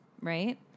right